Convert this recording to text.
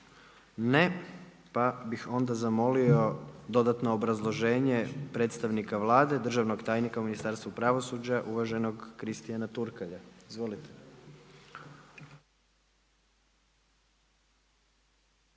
Ne. Pa bih onda zamolio dodatno obrazloženje predstavnika Vlade, državnog tajnika u Ministarstvu pravosuđa uvaženog Kristiana Turkalja. Izvolite.